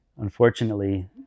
unfortunately